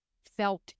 felt